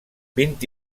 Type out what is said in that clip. vint